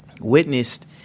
witnessed